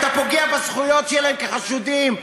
אתה פוגע בזכויות שלהם כחשודים,